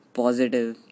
positive